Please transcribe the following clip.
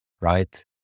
right